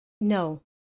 No